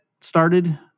started